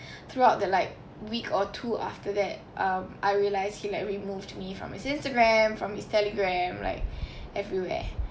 throughout the like week or two after that um I realised he like removed me from his instagram from his telegram like everywhere